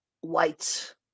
white